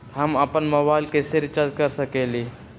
हम अपन मोबाइल कैसे रिचार्ज कर सकेली?